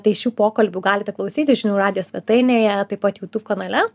tai šių pokalbių galite klausyti žinių radijo svetainėje taip pat youtube kanale